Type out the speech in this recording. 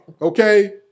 okay